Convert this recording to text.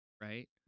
right